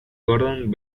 gordon